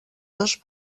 dos